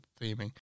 theming